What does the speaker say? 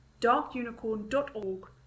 darkunicorn.org